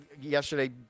yesterday